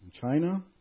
China